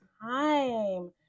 time